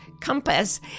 compass